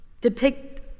depict